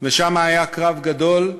שם היה קרב גדול,